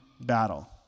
battle